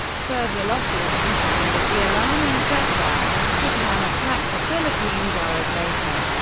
further losses compounded the alarming setback. japan attacked the philippines hours later.